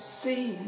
see